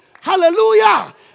hallelujah